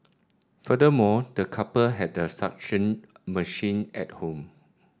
furthermore the couple had a suction machine at home